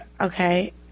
Okay